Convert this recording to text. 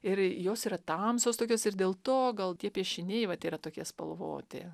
ir jos yra tamsios tokios ir dėl to gal tie piešiniai vat yra tokie spalvoti